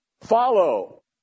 follow